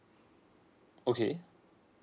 okay